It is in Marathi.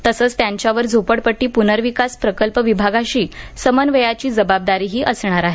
तसंच त्यांच्यावर झोपडपट्टी पुनर्विकास प्रकल्प विभागाशी समन्वयाची जबाबदारीही असणार आहे